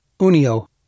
unio